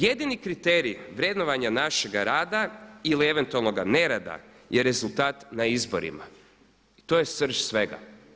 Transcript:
Jedini kriterij vrednovanja našega rada ili eventualnoga nerada je rezultat na izborima i to je srž svega.